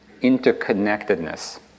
interconnectedness